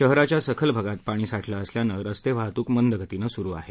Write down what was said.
शहराच्या सखल भागात पाणी साठलं असल्यानं रस्ते वाहतूक मंद गतीनं सुरु आहे